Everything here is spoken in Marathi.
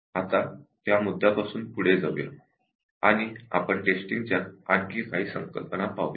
आता त्या मुद्द्यांपासून पुढे जात आपण टेस्टिंगच्या आणखी काही मूलभूत संकल्पना पाहू